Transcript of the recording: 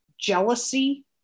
jealousy